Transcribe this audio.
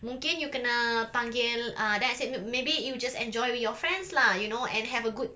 mungkin you kena panggil uh then I said err maybe you just enjoy with your friends lah and have a good